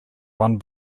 one